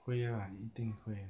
会 ah 一定会 ah